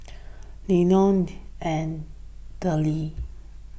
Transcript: Elenor and Della